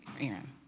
Aaron